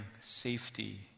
safety